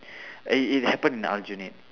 it it happen at aljunied